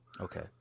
okay